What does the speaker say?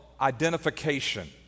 identification